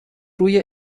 روی